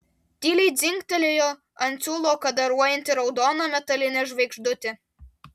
tyliai dzingtelėjo ant siūlo kadaruojanti raudona metalinė žvaigždutė